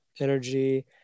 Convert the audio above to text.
energy